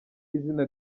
izina